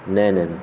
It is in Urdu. نہیں نہیں نہیں